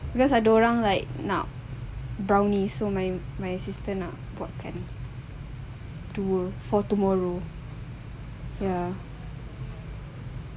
because ada orang like nak brownie so my my sister nak buatkan for tomorrow ya